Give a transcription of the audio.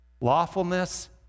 lawfulness